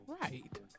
Right